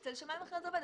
אצל שמאי מכריע זה עובד,